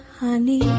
honey